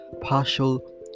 partial